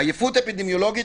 עייפות אפידמיולוגית